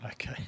Okay